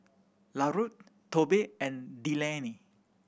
Larue Tobe and Delaney